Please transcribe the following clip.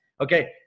Okay